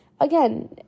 Again